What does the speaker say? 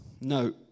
No